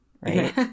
Right